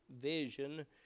vision